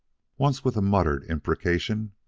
once, with a muttered imprecation,